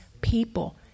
people